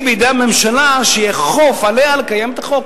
בידי הממשלה שיאכוף עליה לקיים את החוק.